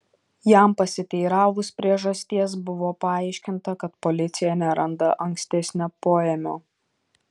jam pasiteiravus priežasties buvo paaiškinta kad policija neranda ankstesnio poėmio